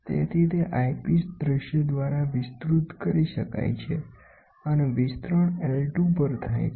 તેથી તે આઈપિસ દ્રશ્ય દ્વારા વિસ્તૃત કરી શકાય છે અને વિસ્તરણ I2 પર થાય છે